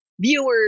viewers